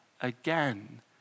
again